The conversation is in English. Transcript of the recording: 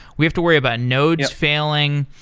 we have to worry about nodes failing.